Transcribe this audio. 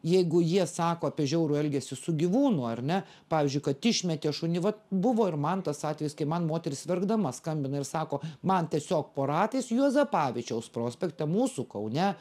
jeigu jie sako apie žiaurų elgesį su gyvūnu ar ne pavyzdžiui kad išmetė šunį vat buvo ir man tas atvejis kai man moteris verkdama skambina ir sako man tiesiog po ratais juozapavičiaus prospekte mūsų kaune